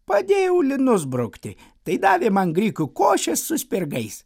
padėjau linus brukti tai davė man grikių košės su spirgais